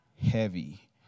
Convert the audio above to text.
heavy